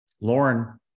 Lauren